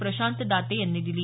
प्रशांत दाते यांनी दिली